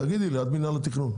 תגידי לי, את מינהל התכנון.